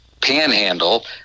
panhandle